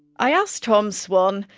i asked tom swann,